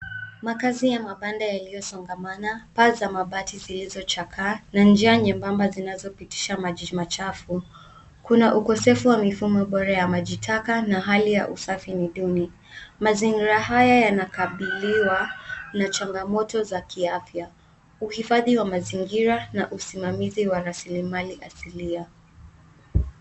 Makazi ya mabanda yaliyosongamana, paa za mabati zilizochakaa na njia nyembamba zinazopitisha maji machafu. Kuna ukosefu wa mifumo bora ya maji taka na hali ya usafi ni duni. Mazingira haya yanakabiliwa na changamoto za kiafya, uhifadhi wa mazingira na usimamizi wa rasilimali asilia.